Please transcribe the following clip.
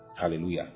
Hallelujah